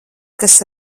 kas